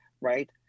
Right